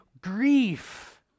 grief